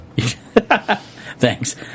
Thanks